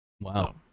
Wow